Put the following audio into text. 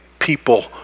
People